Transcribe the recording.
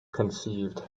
conceived